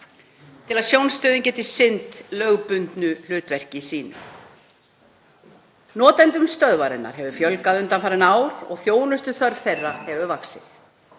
til að Sjónstöðin geti sinnt lögbundnu hlutverki sínu. Notendum stöðvarinnar hefur fjölgað undanfarin ár og þjónustuþörf þeirra vaxið.